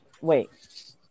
Wait